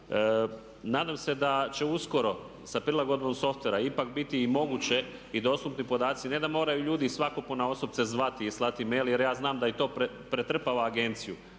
Nadam se da će uskoro sa prilagodbom softvera ipak biti i moguće i dostupni podaci ne da moraju ljudi svatko po na osobno zvati i slati mail jer ja znam da je to pretrpava agenciju.